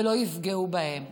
ולא יפגעו בהם,